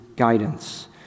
Guidance